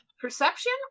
Perception